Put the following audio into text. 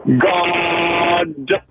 God